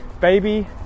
baby